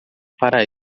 para